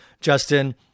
Justin